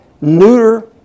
neuter